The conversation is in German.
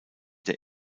der